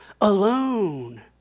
alone